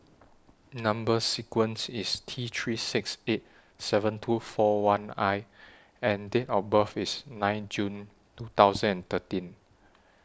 Number sequence IS T three six eight seven two four one I and Date of birth IS nine June two thousand and thirteen